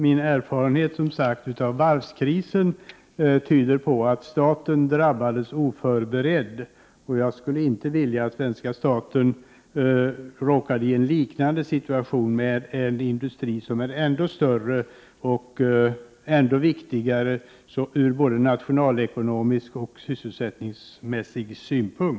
Min erfarenhet av varvskrisen tyder som sagt på att staten drabbades oförberedd, och jag skulle inte vilja att svenska staten råkade i en liknande situation med en industri som är ännu större och ännu viktigare ur både nationalekonomisk och sysselsättningsmässig synpunkt.